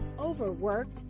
Overworked